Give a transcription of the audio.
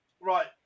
Right